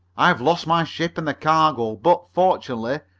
i've lost my ship and the cargo, but, fortunately,